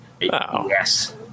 Yes